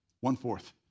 one-fourth